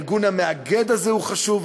הארגון המאגד הזה הוא חשוב.